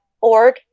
org